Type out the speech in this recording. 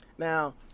Now